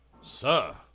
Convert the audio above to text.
Sir